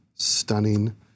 stunning